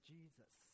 Jesus